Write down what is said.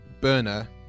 burner